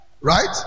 Right